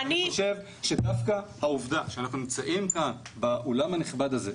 אני חושב שדווקא העובדה שאנחנו נמצאים כאן באולם הנכבד הזה,